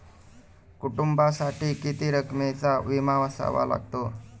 कुटुंबासाठी किती रकमेचा विमा असावा लागतो?